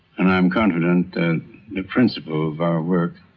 and i'm confident that the principle of our work